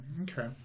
Okay